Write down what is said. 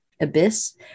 abyss